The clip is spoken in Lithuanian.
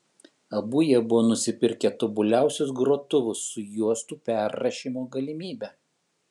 abu jie buvo nusipirkę tobuliausius grotuvus su juostų perrašymo galimybe